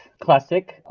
Classic